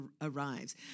arrives